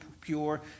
pure